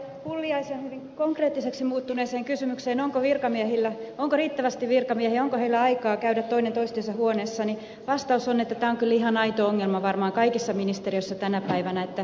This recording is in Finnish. pulliaisen hyvin konkreettiseksi muuttuneeseen kysymykseen onko riittävästi virkamiehiä onko heillä aikaa käydä toinen toisensa huoneessa vastaus on että tämä on kyllä ihan aito ongelma varmaan kaikissa ministeriöissä tänä päivänä kiire on totta